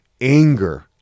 Anger